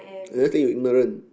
I never say you ignorant